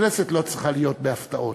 הכנסת לא צריכה להיות בהפתעות.